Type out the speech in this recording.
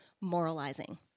moralizing